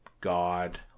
god